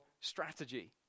strategy